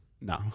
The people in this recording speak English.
No